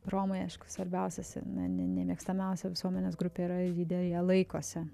romai aišku svarbiausias na ne nemėgstamiausia visuomenės grupė ir ji deja laikosi